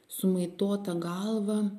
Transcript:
sumaitota galva